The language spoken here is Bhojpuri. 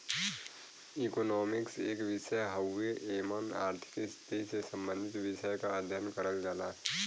इकोनॉमिक्स एक विषय हउवे एमन आर्थिक स्थिति से सम्बंधित विषय क अध्ययन करल जाला